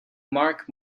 mark